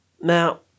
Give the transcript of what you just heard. now